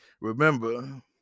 Remember